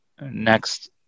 next